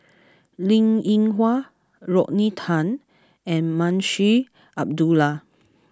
Linn In Hua Rodney Tan and Munshi Abdullah